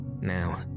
Now